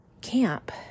camp